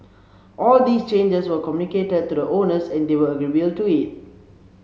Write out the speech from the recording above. all these changes were communicated to the owners and they were agreeable to it